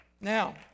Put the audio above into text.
Now